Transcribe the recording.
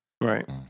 Right